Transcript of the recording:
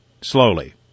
slowly